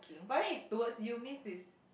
but then if towards you means is